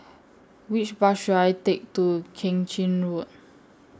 Which Bus should I Take to Keng Chin Road